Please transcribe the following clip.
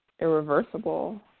irreversible